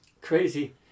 Crazy